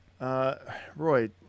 Roy